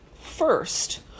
first